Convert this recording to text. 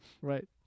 Right